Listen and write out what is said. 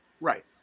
Right